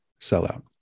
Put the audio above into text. sellout